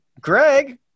Greg